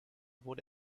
wurde